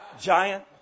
giant